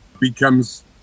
becomes